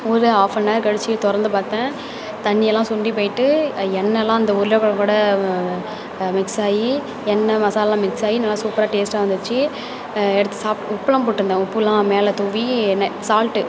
ஒரு half an hour கழித்து திறந்து பார்த்தேன் தண்ணியெல்லாம் சுண்டி போய்விட்டு எண்ணெலாம் அந்த உருளைக்கெழங்கோட மிக்ஸ் ஆகி எண்ணெய் மசாலாவெலாம் மிக்ஸ் ஆகி நல்லா சூப்பராக டேஸ்டாக வந்திச்சு எடுத்து சாப் உப்பெல்லாம் போட்டிருந்தேன் உப்பெலாம் மேலே தூவி எண்ணெய் சால்ட்டு